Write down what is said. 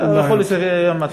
אתה יכול לסיים מתי שאתה רוצה.